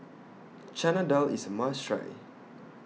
Chana Dal IS A must Try